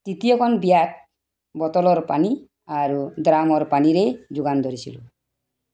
তৃতীয়খন বিয়াত বটলৰ পানী আৰু ড্ৰামৰ পানীৰে যোগান ধৰিছিলোঁ